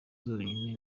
zonyine